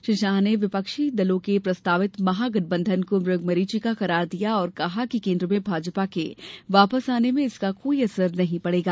श्री शाह ने विपक्षी दलों के प्रस्तावित महागठबंधन को मृगमरिचिका करार दिया और कहा कि केन्द्र में भाजपा के वापस आने में इसका कोई असर नहीं पड़ेगा